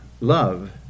love